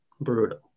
brutal